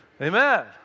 Amen